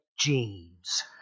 jeans